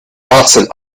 russell